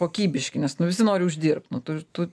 kokybiški nes nu visi nori uždirbt nu tu tu